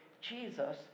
Jesus